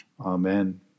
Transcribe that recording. Amen